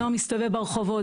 הנוער מסתובב ברחובות.